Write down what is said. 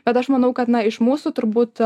bet aš manau kad na iš mūsų turbūt